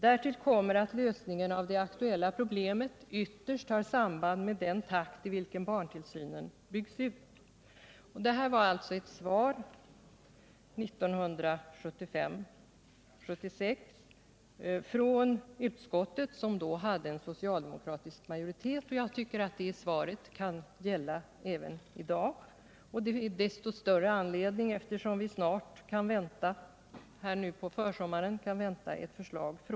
Därtill kommer att lösningen av det aktuella problemet ytterst har samband med den takt i vilken barntillsynen byggs ut.” Detta sades alltså 1975/76 av inrikesutskottet, som då hade socialdemokratisk majoritet. Jag tycker att det svaret kan gälla även i dag. Det finns desto större anledning till det, eftersom vi nu på försommaren kan vänta ett förslag från ALF-utredningen. den det ej vill röstar nej. den det ej vill röstar nej. den det ej vill röstar nej.